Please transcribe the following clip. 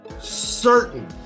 certain